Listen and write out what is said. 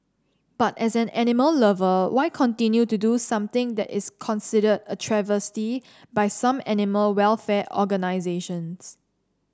but as an animal lover why continue to do something that is considered a travesty by some animal welfare organisations